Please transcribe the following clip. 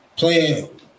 Playing